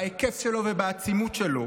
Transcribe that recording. בהיקף שלו ובעצימות שלו,